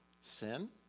sin